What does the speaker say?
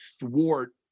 thwart